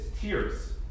tears